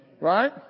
Right